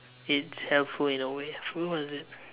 it's helpful he is a way I forgot what is it